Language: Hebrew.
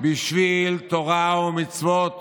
בשביל תורה ומצוות